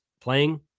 playing